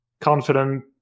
Confident